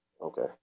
okay